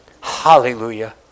Hallelujah